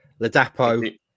Ladapo